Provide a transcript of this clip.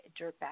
Dirtbag